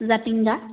Jatinga